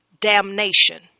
damnation